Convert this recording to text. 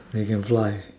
he can fly